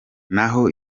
naho